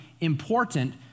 important